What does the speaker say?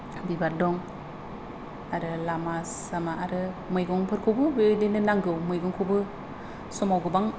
बिबार दं आरो लामा सामा आरो मैगंफोरखौबो बेबादिनो नांगौ मैगंखौबो समाव गोबां